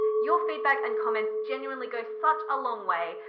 your feedback and comments genuinely go such a long way.